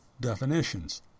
definitions